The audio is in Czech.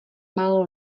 málo